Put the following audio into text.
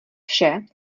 vše